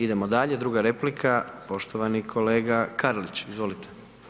Idemo dalje, druga replika poštovani kolega Karlić, izvolite.